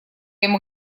ему